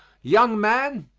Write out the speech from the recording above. young man,